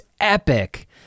epic